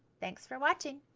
thanks for watching!